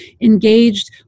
engaged